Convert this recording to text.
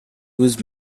whose